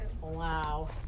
wow